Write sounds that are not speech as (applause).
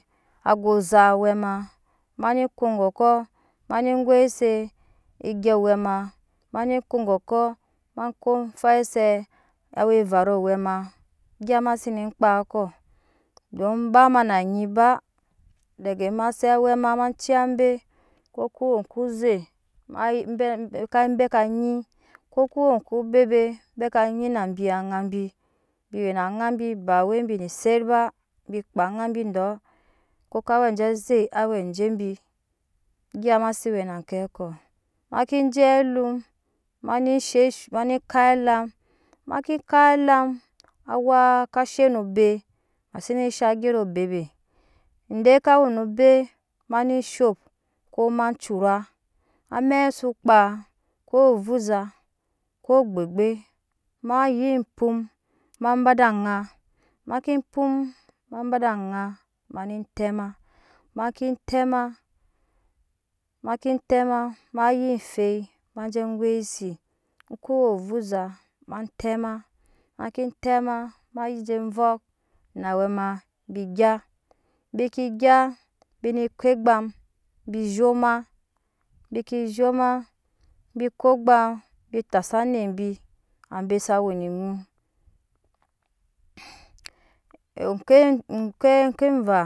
Ago ozap awɛ ma mane ko gɔkɔ ma ne goise egya awɛn mane ko gɔkɔ ma ko faise awa evaru awe ma egya ma sene kpaa kɔ don ba ma na anyi ba dege ma se awɛ ma mane ciya be ko ku wo ooze (unintelligible) be ka nyi ko ku wo okobebe be ka nyi na bi aŋa bi bi wena aŋa bi ba we bine set ba bi kpaa aŋa bi dɔɔ koko we aje aze awe ajebi gya mase we na ke kɔɔ make je alum mane shesu mane kap elam make kap elum awaa ka she no obe ma se ne shaŋ ageran obe be inde ka we no obe make shap koma cura amɛk su kpaa ko ovuza ko ogbegbe ma yi pam ba da aŋa make pam ba ede aŋa mane tema make tɛma maye fill maje goise ko woo ovuza ma tɛma mae tɛma mayi je vɔk na awɛ ma bi zhoma bke zhoma bine ko egbam bi zhoma bike zhoma biko egam bi tasa anet bi za we ne eŋu oke oke evaa